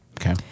Okay